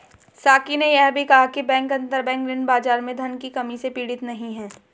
साकी ने यह भी कहा कि बैंक अंतरबैंक ऋण बाजार में धन की कमी से पीड़ित नहीं हैं